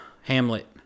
Hamlet